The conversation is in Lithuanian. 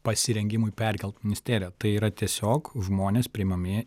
pasirengimui perkelt ministeriją tai yra tiesiog žmonės priimami